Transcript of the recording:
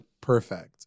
perfect